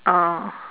ah